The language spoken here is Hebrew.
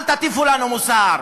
אל תטיפו לנו מוסר.